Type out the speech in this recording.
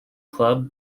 club